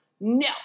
No